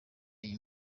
iyi